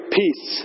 peace